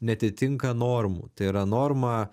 neatitinka normų tai yra norma